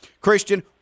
christian